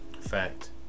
Fact